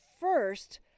first